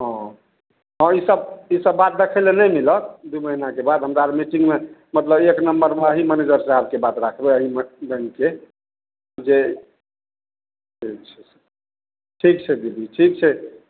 हँ ई सब ई सब बात देखय लए नहि मिलत दू महीनाके बाद हमरा आर मीटिङ्गमे मतलब एक नम्बरमे अही मैनेजर साहेबके बात राखबय अही बैंकके जे अच्छा ठीक छै दीदी ठीक छै